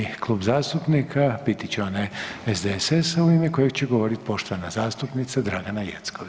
Sljedeći klub zastupnika biti će onaj SDSS-a u ime kojeg će govoriti poštovana zastupnica Dragana Jeckov.